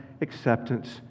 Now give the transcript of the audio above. acceptance